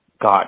got